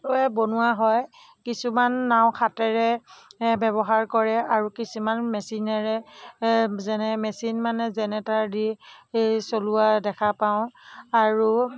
ৰে বনোৱা হয় কিছুমান নাও হাতেৰে ব্যৱহাৰ কৰে আৰু কিছুমান মেচিনেৰে যেনে মেচিন মানে জেনেটাৰ দি চলোৱা দেখা পাওঁ আৰু